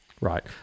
Right